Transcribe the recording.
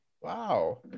Wow